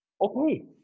Okay